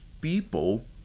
people